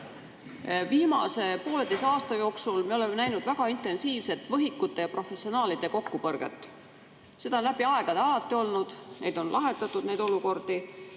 Viimase 1,5 aasta jooksul me oleme näinud väga intensiivset võhikute ja professionaalide kokkupõrget. Seda on läbi aegade alati olnud ja neid olukordi